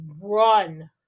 run